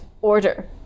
order